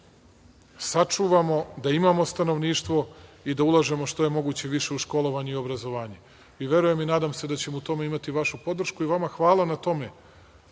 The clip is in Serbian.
sačuvamo, da imamo stanovništvo i da ulažemo što je moguće više u školovanje i obrazovanje. Verujem i nada se da ćemo u tome imati vašu podršku i vama hvala na tome